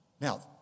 Now